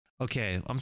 Okay